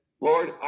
Lord